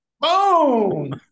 Boom